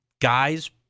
Guys